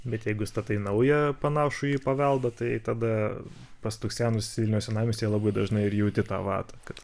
bet jeigu statai naują panašų į paveldo tai tada pastuksenus vilniaus senamiestyje labai dažnai ir jauti tą vatą kad